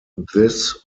this